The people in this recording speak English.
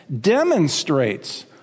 demonstrates